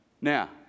Now